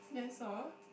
that's all